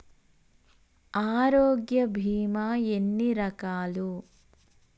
ఆరోగ్య బీమా ఎన్ని రకాలు?